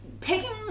picking